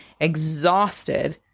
exhausted